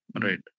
Right